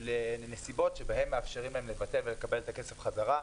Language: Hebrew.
נסיבות שבהן מאפשרים להם לבטל ולקבל את הכסף בחזרה.